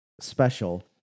special